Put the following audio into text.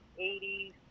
80s